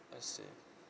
I see